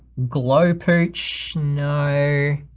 glo pooch, no.